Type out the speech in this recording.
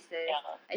ya